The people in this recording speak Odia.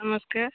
ନମସ୍କାର